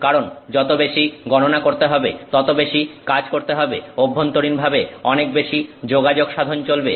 কারণ যত বেশি গণনা করতে হবে তত বেশি কাজ করতে হবে অভ্যন্তরীণভাবে অনেক বেশি যোগাযোগ সাধন চলবে